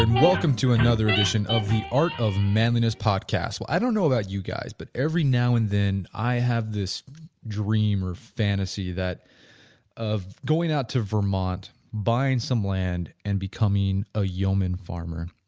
and welcome to another edition of the art of manliness podcast. well, i don't know about you guys, but every now and then, i have this dream or fantasy that of going out to vermont, buying some land, and becoming a yeoman farmer,